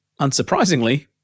Unsurprisingly